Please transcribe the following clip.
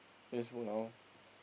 Facebook now